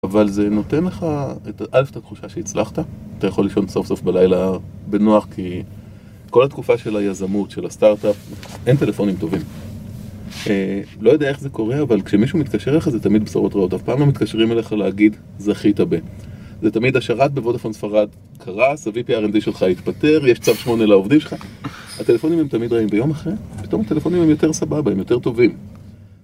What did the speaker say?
אבל זה נותן לך, אלף, את התחושה שהצלחת, אתה יכול לישון סוף סוף בלילה בנוח כי כל התקופה של היזמות, של הסטארט-אפ אין טלפונים טובים לא יודע איך זה קורה אבל כשמישהו מתקשר אליך זה תמיד בשורות רעות, אף פעם לא מתקשרים אליך להגיד זכית ב זה תמיד השרת בוודאפונס קרס, ה-VPRND שלך התפטר, יש צו שמונה לעובדים שלך, הטלפונים הם תמיד רעים. ביום אחרי, פתאום הטלפונים הם יותר סבבה, הם יותר טובים